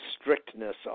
strictness